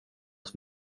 som